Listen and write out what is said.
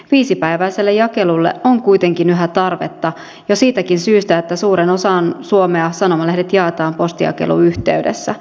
viisipäiväiselle jakelulle on kuitenkin yhä tarvetta jo siitäkin syystä että suureen osaan suomea sanomalehdet jaetaan postijakelun yhteydessä